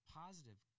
positive